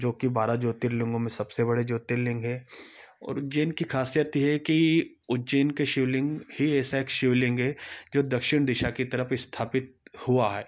जो कि बारह ज्योतिर्लिंगो में सबसे बड़े ज्योतिर्लिंग है और उज्जैन की खासियत ये है कि उज्जैन के शिवलिंग ही ऐसा एक शिवलिंग है जो दक्षिण दिशा की तरफ स्थापित हुआ है